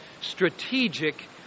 strategic